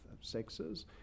sexes